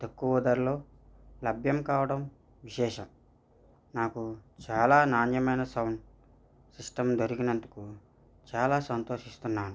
తక్కువ ధరలో లభ్యం కావడం విశేషం నాకు చాలా నాణ్యమైన సౌండ్ సిస్టమ్ దొరికినందుకు చాలా సంతోషిస్తున్నాను